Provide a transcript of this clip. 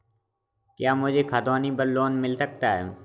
क्या मुझे खतौनी पर लोन मिल सकता है?